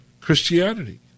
Christianity